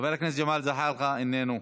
חבר הכנסת ג'מאל זחאלקה, איננו,